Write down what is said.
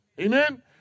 Amen